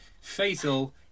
Fatal